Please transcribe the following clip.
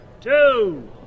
two